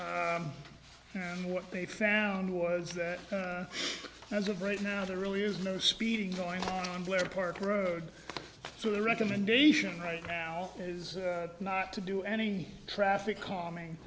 what they found was that as of right now there really is no speeding going on blair park road so the recommendation right now is not to do any traffic calming